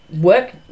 work